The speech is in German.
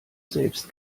selbst